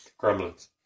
Gremlins